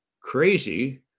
crazy